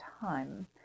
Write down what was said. time